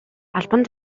албан